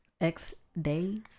X-Days